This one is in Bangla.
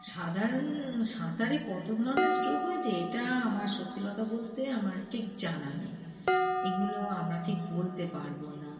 সাধারণ সাঁতারে কত ধরনের স্ট্রোক হয়েছে এটা আমার সত্যি কথা বলতে আমার ঠিক জানা নেই এগুলো আমরা ঠিক বলতে পারবো না